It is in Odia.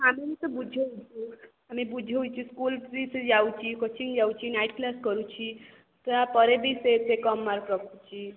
ଆମେ ବି ତ ବୁଝାଉଛୁ ଆମେ ବୁଝାଉଛୁ ସ୍କୁଲ୍ ବି ସିଏ ଯାଉଛି କୋଚିଙ୍ଗ୍ ଯାଉଛି ନାଇଟ୍ କ୍ଲାସ୍ କରୁଛି ତା ପରେ ବି ସିଏ ଏତେ କମ୍ ମାର୍କ ରଖୁଛି